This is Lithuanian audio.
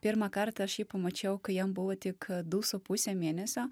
pirmą kartą aš jį pamačiau kai jam buvo tik du su puse mėnesio